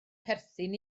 perthyn